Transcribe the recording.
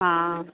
हा